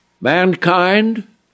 mankind